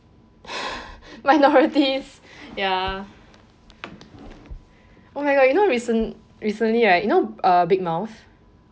minorities ya oh my god you know recen~ recently right you know uh big mouth